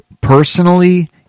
Personally